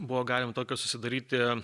buvo galima tokio susidaryti